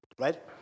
Right